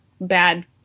bad